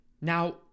Now